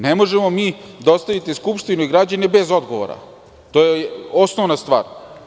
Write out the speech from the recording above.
Ne možemo mi da ostavimo Skupštinu i građane bez odgovora, to je osnovna stvar.